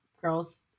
girls